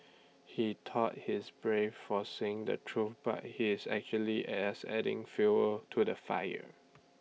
he thought he's brave for saying the truth but he's actually as adding fuel to the fire